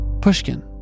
Pushkin